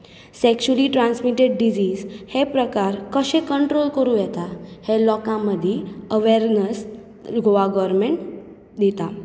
sexually transmitted disease हे प्रकार कशे कंट्रोल करूं येता हें लोकां मदीं अवॅरनस गोवा गोरमॅण दिता